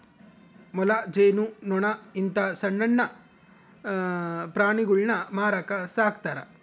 ಮೊಲ, ಜೇನು ನೊಣ ಇಂತ ಸಣ್ಣಣ್ಣ ಪ್ರಾಣಿಗುಳ್ನ ಮಾರಕ ಸಾಕ್ತರಾ